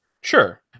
sure